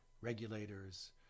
regulators